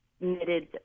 knitted